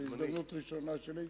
זו הזדמנות ראשונה שלי.